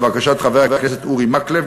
לבקשת חבר הכנסת אורי מקלב,